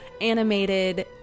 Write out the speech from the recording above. animated